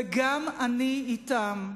וגם אני אתם,